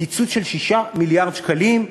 קיצוץ של 6 מיליארד שקלים.